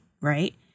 right